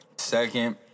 Second